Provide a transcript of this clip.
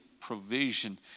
provision